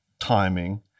timing